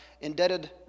indebted